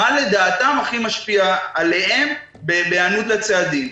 מה לדעתם הכי משפיע עליהם בהיענות לצעדים.